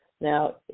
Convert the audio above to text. Now